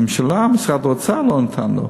הממשלה, משרד האוצר לא נתן לו,